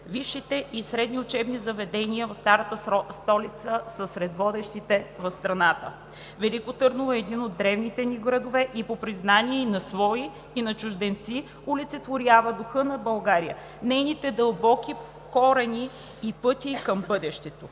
Висшите и средни учебни заведения в старата столица са сред водещите в страната. Велико Търново е един от древните градове и по признание и на свои, и на чужденци, олицетворява духа на България, нейните дълбоки корени и пътя ѝ към бъдещето.